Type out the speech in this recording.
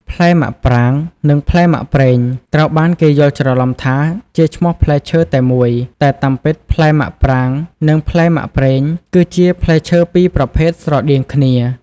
ផ្លែមាក់ប្រាង និងផ្លែមាក់ប្រេង ត្រូវបានគេយល់ច្រឡំថា ជាឈ្មោះផ្លែឈើតែមួយ តែការពិតផ្លែមាក់ប្រាង និងផ្លែមាក់ប្រេងគឺជា ផ្លែឈើ២ប្រភេទស្រដៀងគ្នា។